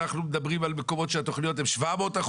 אנחנו מדברים על מקומות שהתכניות הן 700%,